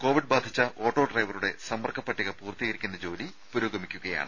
Covid ബാധിച്ച auto ഡ്രൈവറുടെ സമ്പർക്ക പട്ടിക പൂർത്തീകരിക്കുന്ന ജോലി പുരോഗമിക്കുകയാണ്